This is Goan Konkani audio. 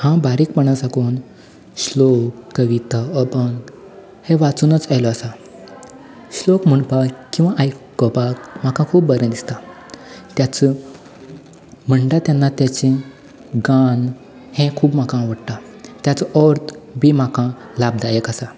हांव बारीकपणा साकून श्लोक कविता अभंग हे वाचुनूच आयल्लो आसा श्लोक म्हणपाक किंवा आयकोपा म्हाका खूब बरें दिसता त्याच म्हणटा तेन्ना तेचें गान हें खूब म्हाका आवडटा तेजो ओर्द बी म्हाका लाभदायक आसा